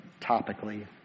topically